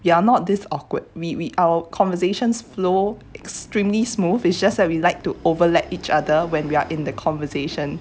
you are not this awkward we we our conversations flow extremely smooth is just that we like to overlap each other when we are in the conversation